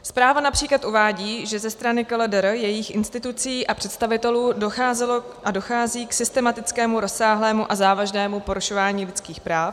Zpráva například uvádí, že ze strany KLDR, jejích institucí a představitelů docházelo a dochází k systematickému, rozsáhlému a závažnému porušování lidských práv.